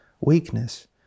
weakness